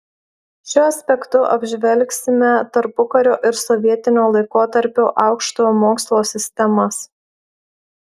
šiuo aspektu apžvelgsime tarpukario ir sovietinio laikotarpio aukštojo mokslo sistemas